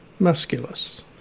musculus